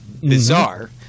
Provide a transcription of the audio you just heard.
bizarre